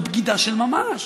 זאת בגידה של ממש,